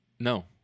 No